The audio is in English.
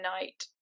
night